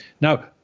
Now